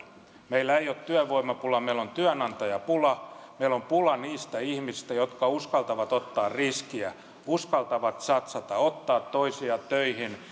meillä ei ole työvoimapula meillä on työnantajapula meillä on pula niistä ihmisistä jotka uskaltavat ottaa riskiä uskaltavat satsata ottaa toisia töihin